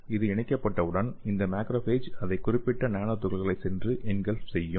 இது இணைக்கப்பட்டவுடன் இந்த மேக்ரோபேஜ் அந்த குறிப்பிட்ட நானோ துகள்களைச் சென்று என்கல்ப் செய்யும்